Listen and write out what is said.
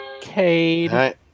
Cade